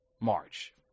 March